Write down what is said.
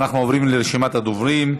אנחנו עוברים לרשימת הדוברים.